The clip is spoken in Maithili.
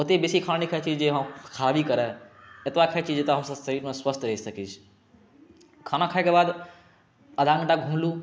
ओते बेसी खाना नहि खाइ छी जे हम खराबी करे एतबा खाइ छी जाहिसँ हम शरीर मे स्वस्थ रहि सकै छी खाना खाय के बाद अधा घंटा घूमलहुॅं